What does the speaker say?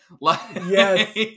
Yes